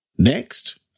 Next